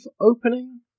opening